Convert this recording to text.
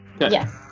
yes